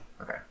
Okay